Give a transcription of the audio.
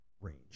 range